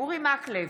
אורי מקלב,